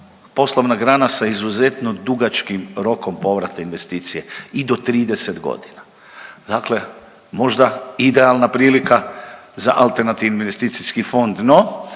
poslovna grana sa izuzetno dugačkim rokom povrata investicija, i do 30.g., dakle možda idealna prilika za AIF. No, je li AIF